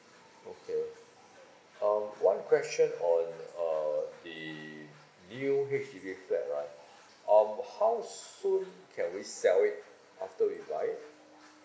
okay um one question on uh the new H_D_B flat right um how soon can we sell it after we buy it